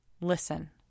listen